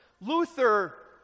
Luther